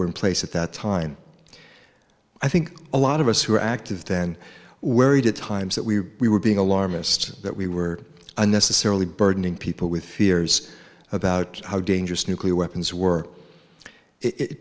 were in place at that time i think a lot of us who are active then wary to times that we we were being alarmist that we were unnecessarily burdening people with fears about how dangerous nuclear weapons were it